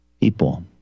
people